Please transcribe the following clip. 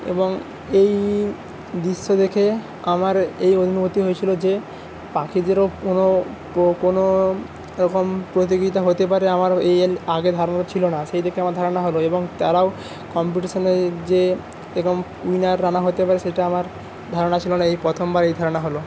এবং এই দৃশ্য দেখে আমার এই অনুভূতি হয়েছিলো যে পাখিদেরও কোনো কোনো রকম প্রতিযোগিতা হতে পারে আমারও এর আগে ধারণা ছিলো না সেই দেখে আমার ধারণা হলো তারাও কম্পিটিশনে যে এবং উইনার রানার হতে পারে সেটা আমার ধারণা ছিলো না এই প্রথমবার এই ধারণা হলো